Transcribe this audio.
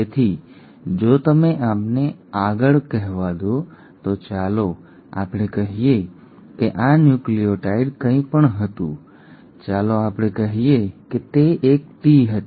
તેથી જો તમે અમને આગળ કહેવા દો તો ચાલો આપણે કહીએ કે આ ન્યુક્લિઓટાઇડ કંઈ પણ હતું ચાલો આપણે કહીએ કે તે એક ટી હતી